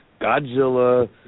Godzilla